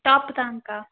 டாப்புதாங்க்கா